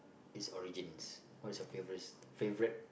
it's origins what is your favourite favourite